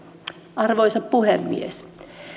arvoisa puhemies